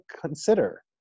consider